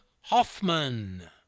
Hoffman